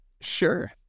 Sure